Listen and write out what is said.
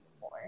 more